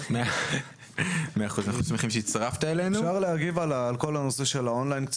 אם אנחנו באמת מסתכלים פה על איכות הסביבה